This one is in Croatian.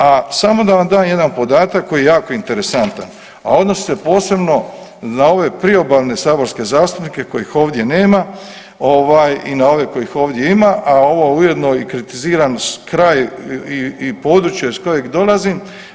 A samo da vam dam jedan podatak koji je jako interesantan a odnosi se posebno na ove priobalne saborske zastupnike kojih ovdje nema, ovaj, i na ove kojih ovdje ima a ovo ujedno i kritiziram kraj i područje iz kojeg dolazim.